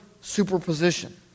superposition